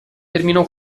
terminò